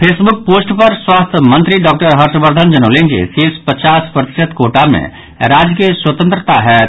Facebook post पर स्वास्थ्य मंत्री doctor Harshvardhan जनौलनि जे शेष पचास प्रतिशत कोटा मे राज्य के स्वतंत्रता होयत